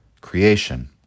creation